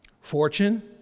Fortune